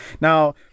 now